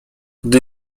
gdy